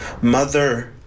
Mother